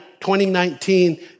2019